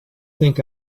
think